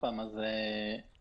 יש איזה שהוא רף,